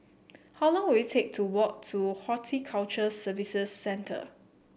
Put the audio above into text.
how long will it take to walk to Horticulture Services Centre